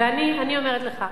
ואני אומרת לך,